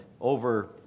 over